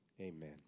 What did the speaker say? Amen